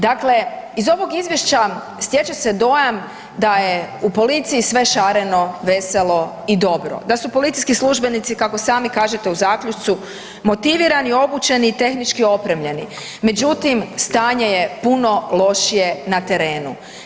Dakle, iz ovog izvješća stječe se dojam da je u policiji sve šareno veselo i dobro, da su policijski službenici, kako sami kažete u zaključku, motivirani, obučeni i tehnički opremljeni, međutim stanje je puno lošije na terenu.